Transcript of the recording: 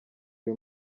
uyu